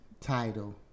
title